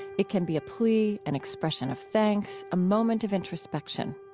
it can be a plea, an expression of thanks, a moment of introspection.